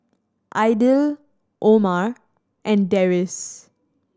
Aidil Omar and Deris